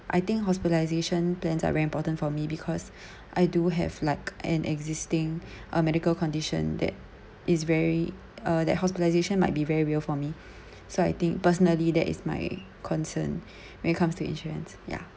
I think hospitalisation plans are very important for me because I do have like an existing a medical condition that is very uh that hospitalisation might be very real for me so I think personally that is my concern when it comes to insurance ya